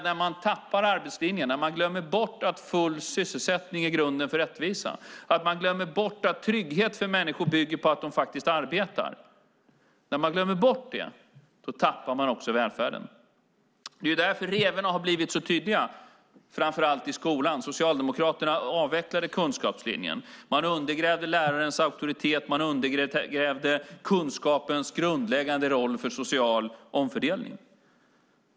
När man tappar arbetslinjen, glömmer bort att full sysselsättning är grunden för rättvisa och glömmer bort att trygghet för människor bygger på att de faktiskt arbetar tappar man också välfärden. Det är därför revorna har blivit så tydliga, framför allt i skolan. Socialdemokraterna avvecklade kunskapslinjen. Man undergrävde lärarens auktoritet, man undergrävde kunskapens grundläggande roll för social omfördelning.